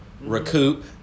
Recoup